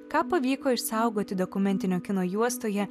ką pavyko išsaugoti dokumentinio kino juostoje